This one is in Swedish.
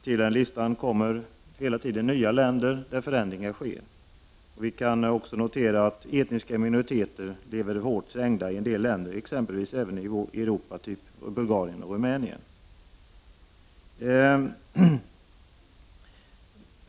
Till listan över sådana länder kommer hela tiden nya, när förändringar sker. Vi kan också notera att etniska minoriteter lever hårt trängda i en del länder, även i Europa, t.ex. i Bulgarien och Rumänien.